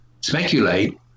speculate